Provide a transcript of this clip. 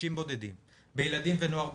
בקשישים בודדים, בילדים ונוער בסיכון,